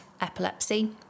epilepsy